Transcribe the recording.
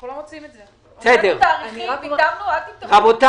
הורדנו תאריכים, ויתרנו, אל תמתחו את החבל.